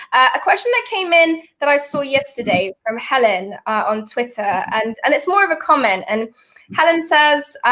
a question that came in that i saw yesterday from helen on twitter, and and it's more of a comment and helen says,